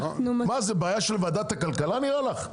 זה בעיה של ועדת הכלכלה נראה לך?